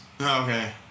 Okay